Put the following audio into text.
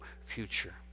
future